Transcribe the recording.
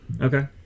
Okay